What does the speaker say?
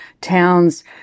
towns